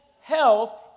health